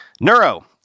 Neuro